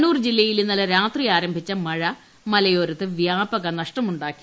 കണ്ണൂർ ജില്ലയിൽ ഇന്നലെ രാത്രി ആരംഭിച്ച മഴ മലയോരത്ത് പ്യാപക നഷ്ടമുണ്ടാക്കി